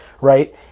right